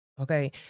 Okay